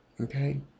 okay